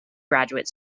graduate